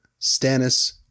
Stannis